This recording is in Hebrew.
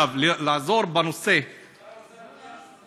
יתווספו 200 שקלים